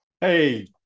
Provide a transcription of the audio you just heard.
Hey